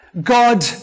God